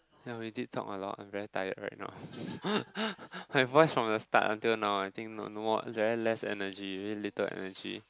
ya we did talk a lot I'm very tired right now my voice from the start until now I think no no more very less energy very little energy